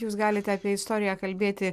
jūs galite apie istoriją kalbėti